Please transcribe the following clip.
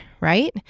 right